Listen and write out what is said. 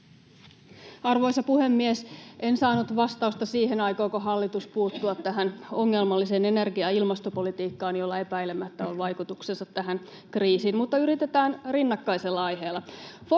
Arvoisa puhemies! En saanut vastausta siihen, aikooko hallitus puuttua tähän ongelmalliseen energia- ja ilmastopolitiikkaan, jolla epäilemättä on vaikutuksensa tähän kriisiin, mutta yritetään rinnakkaisella aiheella.